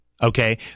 Okay